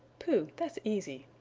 pooh! that's easy!